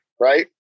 right